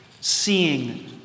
seeing